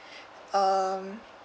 um